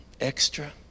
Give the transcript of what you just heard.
extra